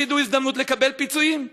הפסידו הזדמנות לקבל פיצויים.